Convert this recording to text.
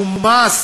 שהוא must,